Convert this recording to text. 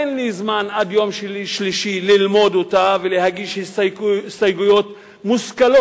אין לי זמן עד יום שלישי ללמוד אותה ולהגיש הסתייגויות מושכלות.